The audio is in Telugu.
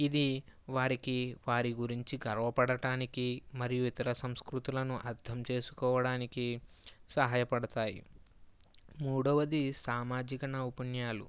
ఇది వారికి వారి గురించి గర్వపడటానికి మరియు ఇతర సంస్కృతులను అర్థం చేసుకోవడానికి సహాయపడతాయి మూడవది సామాజిక నవపుణ్యాలు